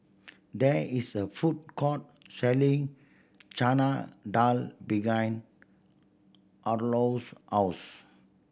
there is a food court selling Chana Dal behind Harlow's house